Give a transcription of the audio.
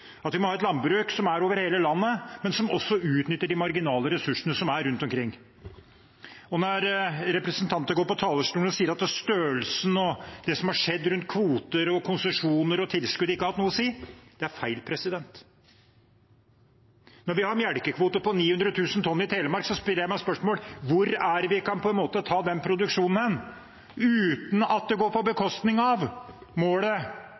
at vi må ha et landbruk som er over hele landet, men som også utnytter de marginale ressursene som er rundt omkring. Når representanter går på talerstolen og sier at størrelsen og det som har skjedd rundt kvoter, konsesjoner og tilskudd, ikke har hatt noe å si, er det feil. Når vi har melkekvoter på 900 000 tonn i Telemark, stiller jeg meg spørsmålet: Hvor er det vi kan ta den produksjonen uten at det går på bekostning av målet